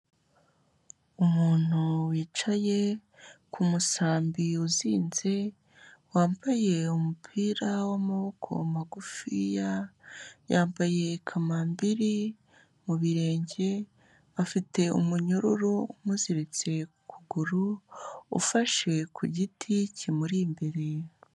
Umuntu wicaye ku musambi uzinze, wambaye umupira w'amaboko magufiya, yambaye kamambiri mu birenge, afite umunyururu umuziritse ku kuguru, ufashe ku giti kimuri imbere.